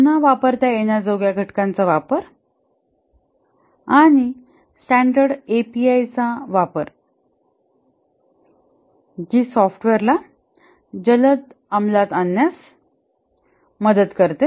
पुन्हा वापरता येण्याजोग्या घटकांचा वापर आणि स्टॅंडर्ड एपीआय चा वापर जी सॉफ्टवेअरला जलद अंमलात आणण्यास मदत करते